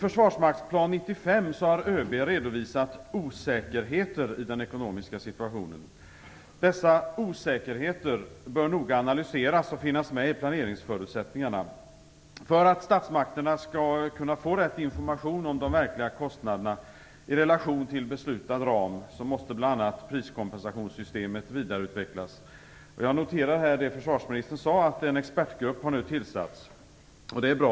I Försvarsmaktsplan 95 har ÖB redovisat osäkerheter i den ekonomiska situationen. Dessa osäkerheter bör noga analyseras och finnas med i planeringsförutsättningarna. För att statsmakterna skall kunna få rätt information om de verkliga kostnaderna i relation till den beslutade ramen måste bl.a. priskompensationssystemet vidareutvecklas. Jag noterar det som försvarsministern sade om att en expertgrupp nu har tillsatts. Det är bra.